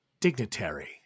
dignitary